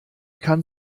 kann